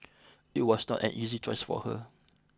it was not an easy choice for her